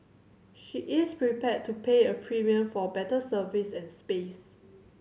she is prepared to pay a premium for better service and space